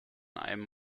einem